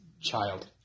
child